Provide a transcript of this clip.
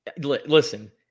Listen